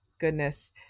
Goodness